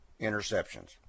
interceptions